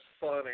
funny